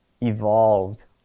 evolved